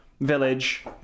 village